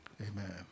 Amen